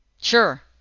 sure